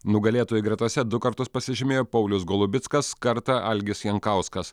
nugalėtojų gretose du kartus pasižymėjo paulius golubickas kartą algis jankauskas